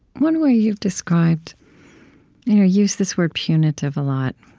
one way you described you use this word punitive a lot,